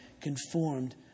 conformed